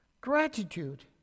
gratitude